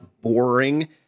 boring